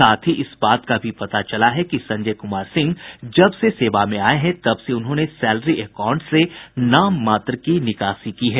साथ ही इस बात का भी पता चला है कि संजय कुमार सिंह जब से सेवा में आये हैं तब से उन्होंने सैलरी एकाउंट से नाम मात्र की निकासी की है